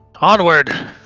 Onward